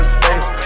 face